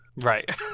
Right